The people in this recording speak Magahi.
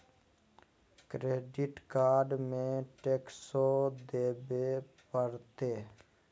क्रेडिट कार्ड में टेक्सो देवे परते?